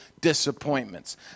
disappointments